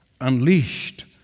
unleashed